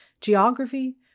Geography